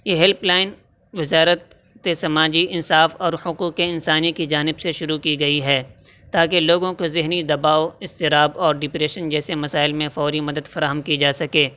یہ helpline وزارت سماجی انصاف اور حقوق انسانی کی جانب سے شروع کی گئی ہے تاکہ لوگوں کو ذہنی دباؤ اضطراب اور ڈپریشن جیسے مسائل میں فوری مدد فراہم کی جا سکے